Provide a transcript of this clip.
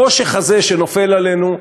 החושך הזה שנופל עלינו,